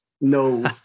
no